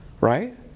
right